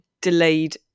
delayed